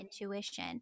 intuition